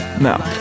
No